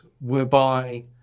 whereby